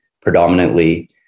predominantly